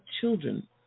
children